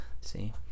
See